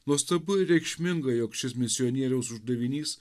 nuostabu ir reikšminga jog šis misionieriaus uždavinys